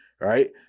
right